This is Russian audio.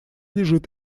лежит